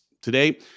Today